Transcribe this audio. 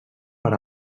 per